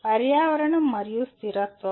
పర్యావరణం మరియు స్థిరత్వం